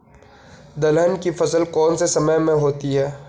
दलहन की फसल कौन से समय में होती है?